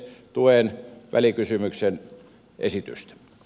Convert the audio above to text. tuen välikysymyksen esitystä